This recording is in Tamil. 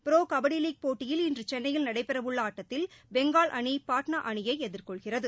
ப்ரோ கபடி லீக் போட்டியில் இன்று சென்னையில் நடைபெறவுள்ள ஆட்டத்தில் பெங்கால் அணி பாட்னா அணியை எதிர் கொள்கிறது